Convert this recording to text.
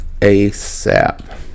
ASAP